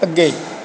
ਅੱਗੇ